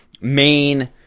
main